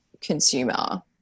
consumer